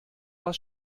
was